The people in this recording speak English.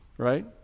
right